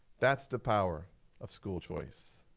that's the power of school choice.